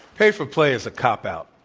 pay for play is a cop-out.